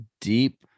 deep